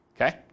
Okay